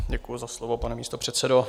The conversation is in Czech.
Děkuji za slovo, pane místopředsedo.